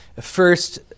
first